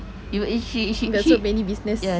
you will eh she eh she got so many business